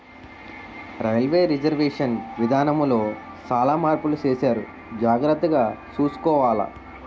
railway reservation విధానములో సాలా మార్పులు సేసారు జాగర్తగ సూసుకోవాల